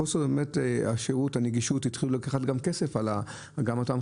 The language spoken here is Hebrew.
חוסר השירות והנגישות החברות התחילו לקחת כסף על ההטענות.